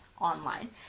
online